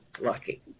lucky